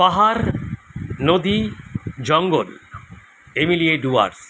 পাহাড় নদী জঙ্গল এই মিলিয়েই ডুয়ার্স